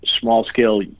small-scale